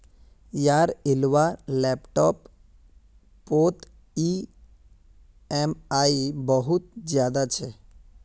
यार इलाबा लैपटॉप पोत ई ऍम आई बहुत ज्यादा छे